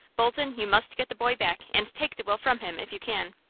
bolton, you must get the boy back, and take the will from him, if you can.